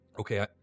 Okay